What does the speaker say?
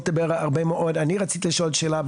אני רציתי לשאול שאלה.